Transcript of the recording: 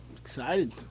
Excited